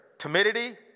timidity